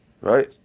Right